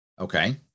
Okay